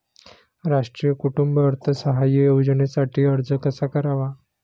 राष्ट्रीय कुटुंब अर्थसहाय्य योजनेसाठी अर्ज कसा करावा?